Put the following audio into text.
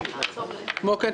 כמו כן,